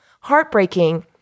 heartbreaking